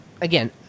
again